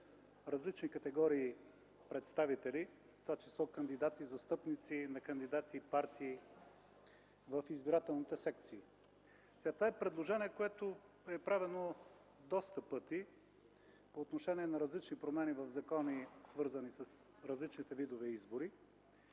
различни категории представители, в това число кандидати, застъпници на кандидати и партии в избирателните секции. Това предложение е правено много пъти по отношение на различни промени в закони, свързани с различните видове избори